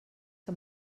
que